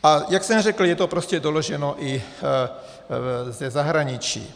A jak jsem řekl, je to prostě i doloženo ze zahraničí.